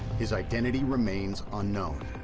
his identity remains unknown.